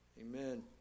Amen